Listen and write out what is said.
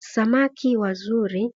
Samaki wazuri